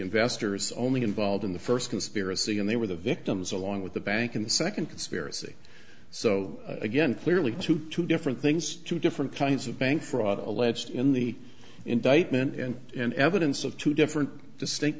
investors only involved in the first conspiracy and they were the victims along with the bank in the second conspiracy so again clearly to two different things two different kinds of bank fraud alleged in the indictment and an evidence of two different